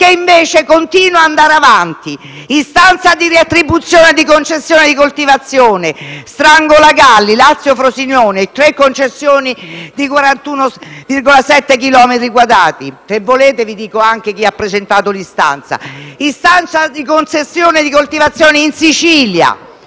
invece continuano ad andare avanti. Cito l'istanza di riattribuzione di concessione di coltivazione: Strangolagalli (Lazio, Frosinone); tre concessioni di 41,7 chilometri quadrati, e - se volete - vi dico anche chi ha presentato l'istanza. Cito l'istanza di concessione di coltivazione in Sicilia: